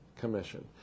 commission